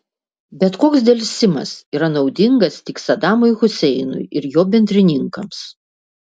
bet koks delsimas naudingas tik sadamui huseinui ir jo bendrininkams